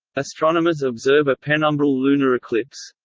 astronomers observe a penumbral lunar eclipse.